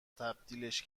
تبدیلش